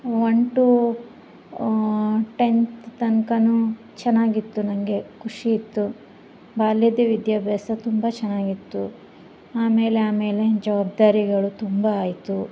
one to tenth ತನಕನು ಚೆನ್ನಾಗಿತ್ತು ನನಗೆ ಖುಷಿ ಇತ್ತು ಬಾಲ್ಯದ ವಿದ್ಯಾಭ್ಯಾಸ ತುಂಬಾ ಚೆನ್ನಾಗಿತ್ತು ಆಮೇಲಾಮೇಲೆ ಜವಾಬ್ದಾರಿಗಳು ತುಂಬ ಆಯಿತು